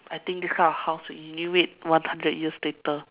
I think this kind of house renew it one hundred years later